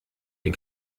den